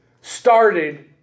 started